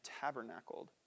tabernacled